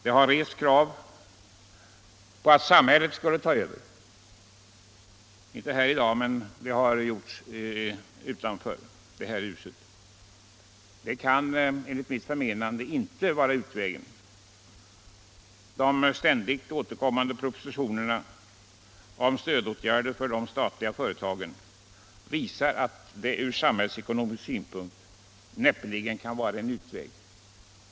Det har rests krav på att samhället skulle ta över verksamheten — inte här i dag men väl utanför detta hus. Enligt mitt förmenande kan det inte vara rätta vägen. De ständigt återkommande propositionerna om stödåtgärder för de statliga företagen visar att det från samhälls utomlands utomlands ekonomisk synpunkt näppeligen kan vara en utväg.